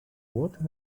what